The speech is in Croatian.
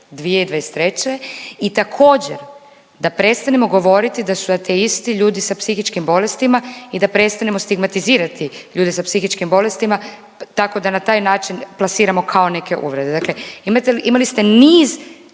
vijeku više 2023. i također prestanemo govoriti da su ateisti ljudi sa psihičkim bolestima i da prestanemo stigmatizirati ljude sa psihičkim bolestima tako da na taj način plasiramo kao neke uvrede. Dakle, imali ste niz